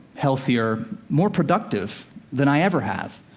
healthier, more productive than i ever have.